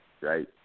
right